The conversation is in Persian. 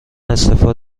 استعفا